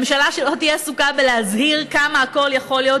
ממשלה שלא תהיה עסוקה בלהזהיר כמה הכול יכול להיות